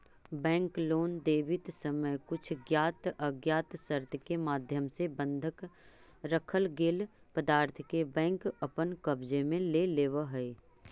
bank loan देवित समय कुछ ज्ञात अज्ञात शर्त के माध्यम से बंधक रखल गेल पदार्थ के बैंक अपन कब्जे में ले लेवऽ हइ